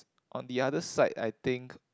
on the other side I think